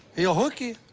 he'll hook you.